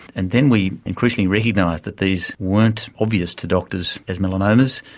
and then we increasingly recognised that these weren't obvious to doctors as melanomas,